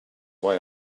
why